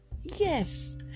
Yes